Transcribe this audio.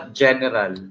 general